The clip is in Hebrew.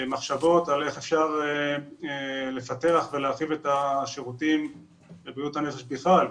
במחשבות על איך אפשר לפתח ולהרחיב את השירותים בבריאות הנפש בכלל,